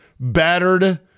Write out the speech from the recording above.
battered